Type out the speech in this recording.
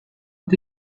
ont